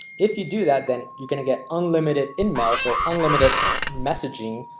if you do that, then you're going to get unlimited in mouse or unlimited messaging.